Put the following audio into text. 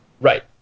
Right